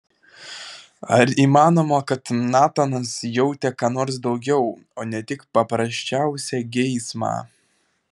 ar įmanoma kad natanas jautė ką nors daugiau o ne tik paprasčiausią geismą